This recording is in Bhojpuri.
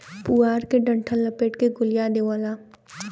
पुआरा के डंठल लपेट के गोलिया देवला